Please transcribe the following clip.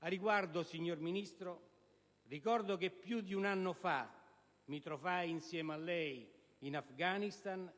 Al riguardo, signor Ministro, ricordo che più di anno fa mi trovai insieme a lei in Afghanistan,